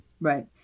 Right